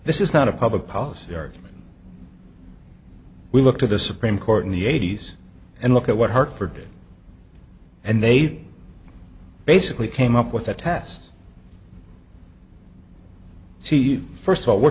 this is not a public policy argument we look to the supreme court in the eighty's and look at what hartford did and they've basically came up with a test to see first of all we're